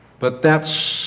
but that